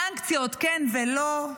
סנקציות כן ולא,